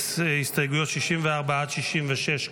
את הסתייגויות 64 66,